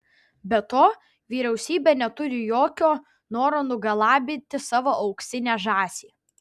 be to vyriausybė neturi jokio noro nugalabyti savo auksinę žąsį